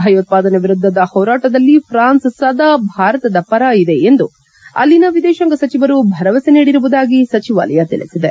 ಭಯೋತ್ಪಾದನೆ ವಿರುದ್ಧದ ಹೋರಾಟದಲ್ಲಿ ಪ್ರಾನ್ಸ್ ಸದಾ ಭಾರತದ ಪರ ಇದೆ ಎಂದು ಅಲ್ಲಿನ ವಿದೇಶಾಂಗ ಸಚಿವರು ಭರವಸೆ ನೀಡಿರುವುದಾಗಿ ಸಚಿವಾಲಯ ತಿಳಿಸಿದೆ